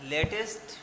Latest